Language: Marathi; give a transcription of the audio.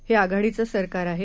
हे आघाडीचं सरकार आहे